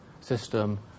system